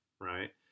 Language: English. right